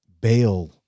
bail